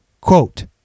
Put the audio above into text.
quote